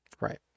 right